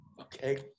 okay